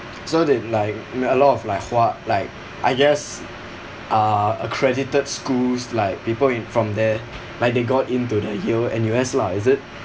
so that like I mean a lot of like hwa like I guess uh accredited schools like people in from there like they got into the U_N_U_S lah is it